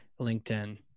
LinkedIn